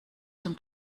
zum